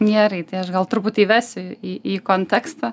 gerai tai aš gal truputį įvesiu į į kontekstą